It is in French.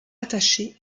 attachée